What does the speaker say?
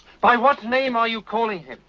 by what name are you calling him?